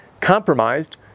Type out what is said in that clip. compromised